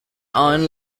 iron